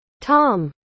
Tom